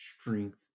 strength